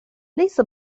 ليس